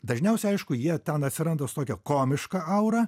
dažniausiai aišku jie ten atsiranda su tokia komiška aura